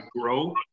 grow